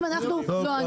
אם אנחנו לא ענינו.